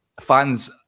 fans